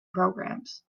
programmes